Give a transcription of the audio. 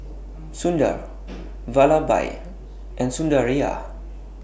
Sundar Vallabhbhai and Sundaraiah